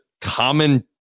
common